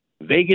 Vegas